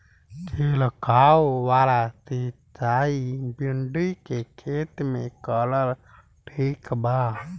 छीरकाव वाला सिचाई भिंडी के खेती मे करल ठीक बा?